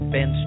Ben